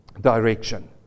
Direction